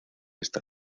esta